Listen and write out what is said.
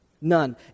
none